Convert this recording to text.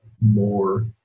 more